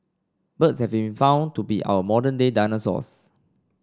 birds have been found to be our modern day dinosaurs